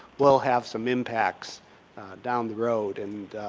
we'll have some impacts down the road, and